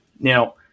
Now